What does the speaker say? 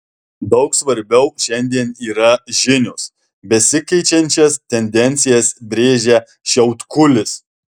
daug svarbiau šiandien yra žinios besikeičiančias tendencijas brėžia šiautkulis